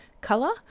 color